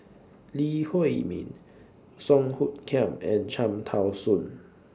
Lee Huei Min Song Hoot Kiam and Cham Tao Soon